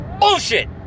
bullshit